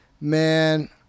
man